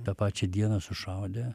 tą pačią dieną sušaudė